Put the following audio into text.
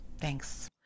Thanks